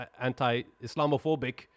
anti-Islamophobic